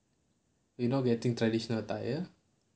you not getting traditional attire